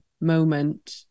moment